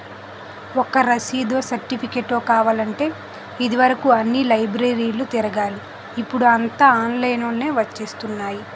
ఒక రసీదో, సెర్టిఫికేటో కావాలంటే ఇది వరుకు అన్ని లైబ్రరీలు తిరగాలి ఇప్పుడూ అంతా ఆన్లైన్ లోనే వచ్చేత్తున్నాయి